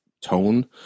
tone